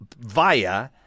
via